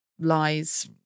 lies